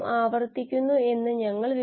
അതിനുള്ള ഉദാഹരണമാണ് ഹൈബ്രിഡോമ